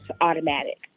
automatic